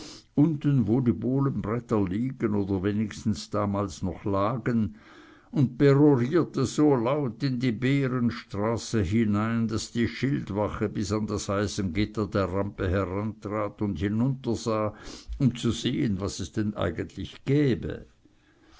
unten wo die bohlenbretter liegen oder wenigstens damals noch lagen und perorierte so laut in die behrenstraße hinein daß die schildwache bis an das eisengitter der rampe herantrat und hinuntersah um zu sehn was es denn eigentlich gäbe